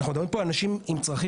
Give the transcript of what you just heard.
אנחנו מדברים פה על אנשים עם צרכים